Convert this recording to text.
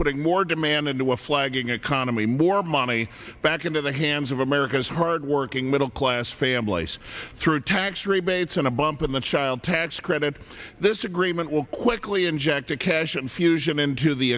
putting more demand into a flagging economy more money back into the hands of america's hardworking middle class families through tax rebates and a bump in the child tax credit this agreement will quickly inject a cash infusion into the